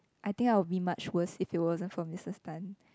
I think I will be much worse if you wasn't from Misses Tan